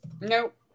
Nope